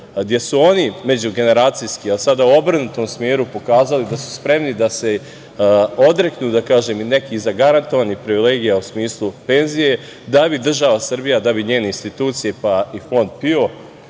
gde su oni međugeneracijski, a sada u obrnutom smeru, pokazali da su spremni da se odreknu i nekih zagarantovanih privilegija, u smislu penzije, da bi država Srbija, da bi njene institucije, pa i Fond PIO